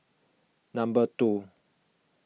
number two